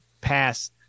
pass